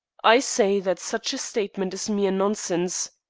i say that such a statement is mere nonsense.